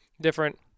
different